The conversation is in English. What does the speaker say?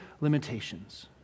limitations